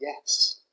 Yes